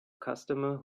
customer